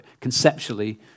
conceptually